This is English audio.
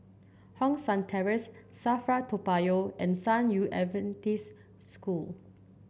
Hong San Terrace Safra Toa Payoh and San Yu Adventist School